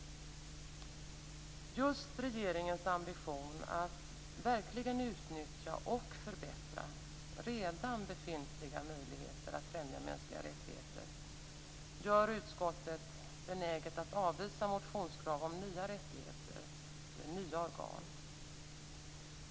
Just regeringens ambition att verkligen utnyttja och förbättra redan befintliga möjligheter att främja mänskliga rättigheter gör utskottet benäget att avvisa motionskrav om nya rättigheter eller nya organ.